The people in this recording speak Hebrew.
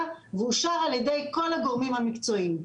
ואושר על ידי כל הגורמים המקצועיים.